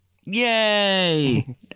Yay